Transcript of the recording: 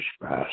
fast